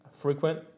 frequent